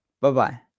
Bye-bye